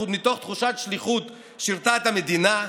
מתוך תחושת שליחות שירתה את המדינה,